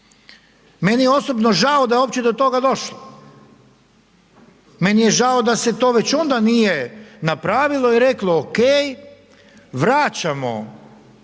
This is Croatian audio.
Meni je osobno žao da je uopće do toga došlo. Meni je žao da se to već onda nije napravilo i reklo ok, vraćamo